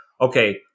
okay